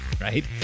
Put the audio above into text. right